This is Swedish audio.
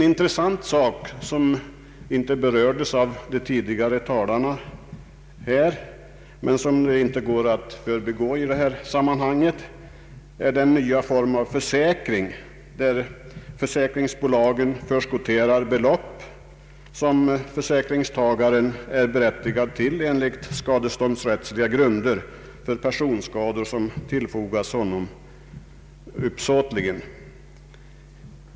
Intressant i detta sammanhang är den nya form av försäkring — som inte berörts av tidigare talare men som inte får förbigås — som innebär att försäkringsbolagen förskotterar belopp som försäkringstagaren enligt skadeståndsrättsliga grunder är berättigad till för personskada som tillfogats honom uppsåtligen.